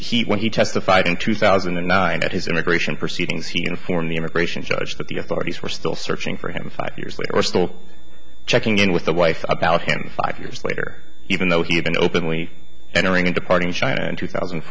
he when he testified in two thousand and nine that his immigration proceedings he informed the immigration judge that the authorities were still searching for him five years later we're still checking in with the wife about him five years later even though he had been openly entering the party in china in two thousand